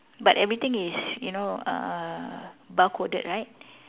but everything is you know uh bar coded right